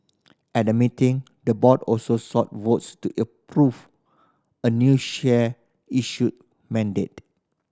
at the meeting the board also sought votes to approve a new share issue mandate